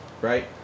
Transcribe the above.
Right